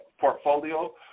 portfolio